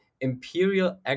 imperial